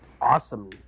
awesome